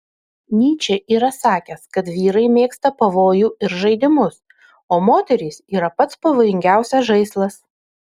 nyčė yra sakęs kad vyrai mėgsta pavojų ir žaidimus o moterys yra pats pavojingiausias žaislas